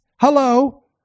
Hello